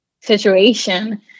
situation